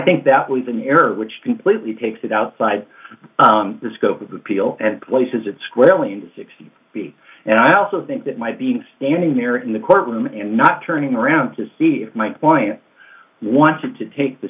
that was an error which completely takes it outside the scope of the people and places it squarely into six b and i also think that might be standing there in the courtroom and not turning around to see my client wanted to take the